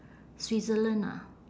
switzerland ah